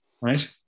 right